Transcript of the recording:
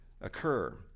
occur